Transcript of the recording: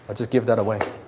but just give that away.